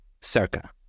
Circa